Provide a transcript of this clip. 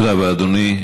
תודה רבה, אדוני.